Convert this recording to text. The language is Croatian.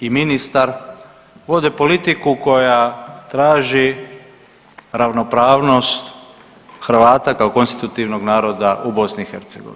Vlada i ministar vode politiku koja traži ravnopravnost Hrvata kao konstitutivnog naroda u BiH.